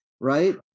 right